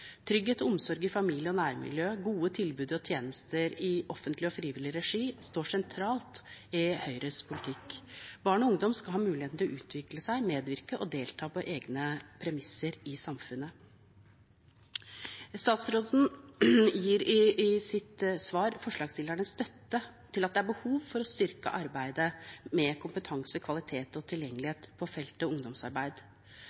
Trygghet og omsorg i familie og nærmiljø, gode tilbud og tjenester i offentlig og frivillig regi står sentralt i Høyres politikk. Barn og ungdom skal ha muligheter til å utvikle seg, medvirke og delta på egne premisser i samfunnet. Statsråden gir i sitt svar forslagsstillerne støtte for at det er behov for å styrke arbeidet med kompetanse, kvalitet og